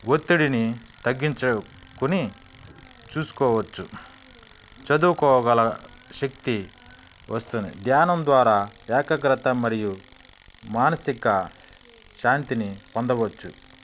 ఒత్తిడిని తగ్గించుకొని చూసుకోవచ్చు చదువుకోగల శక్తి వస్తుంది ధ్యానం ద్వారా ఏకాగ్రత మరియు మానసిక శాంతిని పొందవచ్చు